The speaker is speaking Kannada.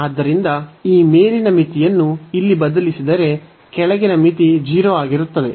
ಆದ್ದರಿಂದ ಈ ಮೇಲಿನ ಮಿತಿಯನ್ನು ಇಲ್ಲಿ ಬದಲಿಸಿದರೆ ಕೆಳಗಿನ ಮಿತಿ 0 ಆಗಿರುತ್ತದೆ